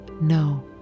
No